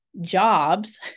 jobs